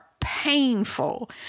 painful